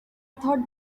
thought